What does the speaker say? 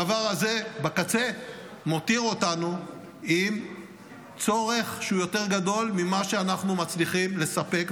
הדבר הזה בקצה מותיר אותנו עם צורך יותר גדול ממה שאנחנו מצליחים לספק,